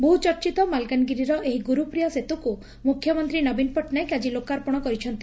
ବହୁଚର୍ଚ୍ଚିତ ମାଲକାନଗିରିର ଏହି ଗୁରୁପ୍ରିୟା ସେତୁକୁ ମୁଖ୍ୟମନ୍ତୀ ନବୀନ ପଟ୍ଟନାୟକ ଆଜି ଲୋକାର୍ପଶ କରିଛନ୍ତି